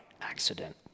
accident